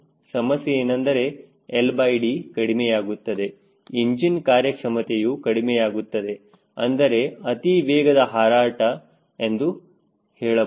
ಸಮಸ್ಯೆ ಏನೆಂದರೆ LD ಕಡಿಮೆಯಾಗುತ್ತದೆ ಇಂಜಿನ್ ಕಾರ್ಯಕ್ಷಮತೆಯು ಕಡಿಮೆಯಾಗುತ್ತದೆ ಅಂದರೆ ಅತಿ ವೇಗದ ಹಾರಾಟ ಎಂದು ಹೇಳಬಹುದು